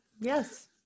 Yes